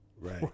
right